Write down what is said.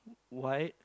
white